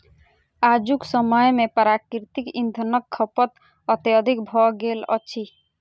आजुक समय मे प्राकृतिक इंधनक खपत अत्यधिक भ गेल अछि